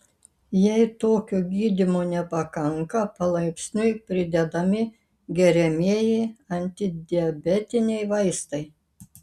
jei tokio gydymo nepakanka palaipsniui pridedami geriamieji antidiabetiniai vaistai